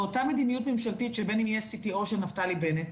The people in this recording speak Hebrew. באותה מדיניות ממשלתית שבין אם יהיה CTO של נפתלי בנט,